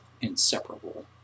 inseparable